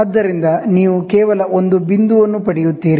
ಆದ್ದರಿಂದ ನೀವು ಕೇವಲ ಒಂದು ಬಿಂದುವನ್ನು ಪಡೆಯುತ್ತೀರಿ